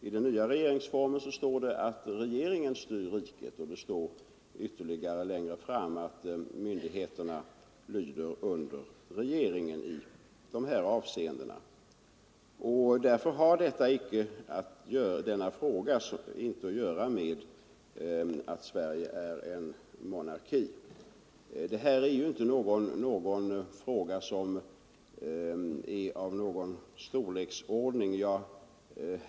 I den nya regeringsformen heter det att regeringen styr riket och längre fram att myndigheterna lyder under regeringen i dessa avseenden. Denna fråga har alltså icke att göra med att Sverige är en monarki. Detta är ju inte en fråga av någon betydande storleksordning.